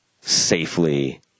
safely